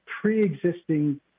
pre-existing